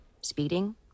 Speeding